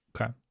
Okay